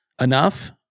enough